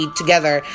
together